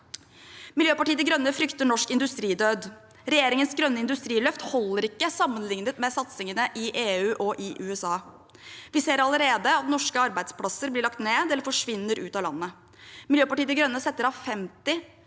Miljøpartiet De Grønne frykter norsk industridød. Regjeringens grønne industriløft holder ikke sammenlignet med satsingene i EU og USA. Vi ser allerede at norske arbeidsplasser blir lagt ned eller forsvinner ut av landet. Miljøpartiet De Grønne setter av 50